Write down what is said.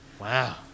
Wow